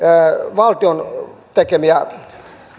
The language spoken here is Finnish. valtion tekemiä